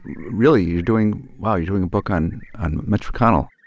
really, you're doing wow, you're doing a book on on mitch mcconnell